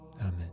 Amen